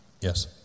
Yes